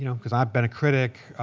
you know because i've been a critic.